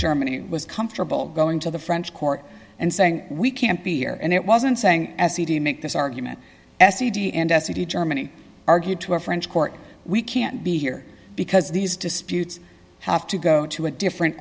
germany was comfortable going to the french court and saying we can't be here and it wasn't saying as he didn't make this argument as cd and as he germany argued to a french court we can't be here because these disputes have to go to a different